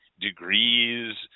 degrees